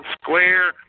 Square